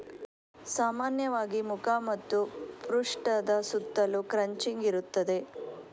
ಸಾಮಾನ್ಯವಾಗಿ ಮುಖ ಮತ್ತು ಪೃಷ್ಠದ ಸುತ್ತಲೂ ಕ್ರಚಿಂಗ್ ಇರುತ್ತದೆ